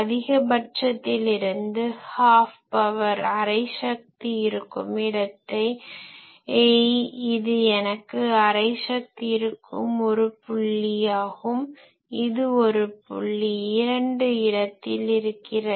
அதிகபட்சத்தில் இருந்து half power half power அரை சக்தி இருக்கும் இடத்தை இது எனக்கு அரை சக்தி இருக்கும் ஒரு புள்ளியாகும் இது ஒரு புள்ளி இரண்டு இடத்தில் இருக்கிறது